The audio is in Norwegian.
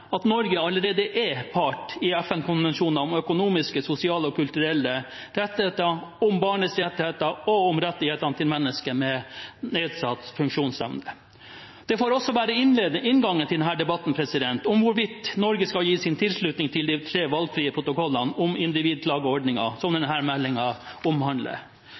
at Norge allerede er part i FN-konvensjonene om økonomiske, sosiale og kulturelle rettigheter, om barns rettigheter og om rettighetene til mennesker med nedsatt funksjonsevne. Det får også være inngangen til denne debatten om hvorvidt Norge skal gi sin tilslutning til de tre valgfrie protokollene om individklageordninger, som denne meldingen omhandler.